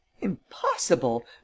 impossible